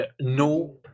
no